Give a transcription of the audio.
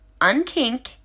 unkink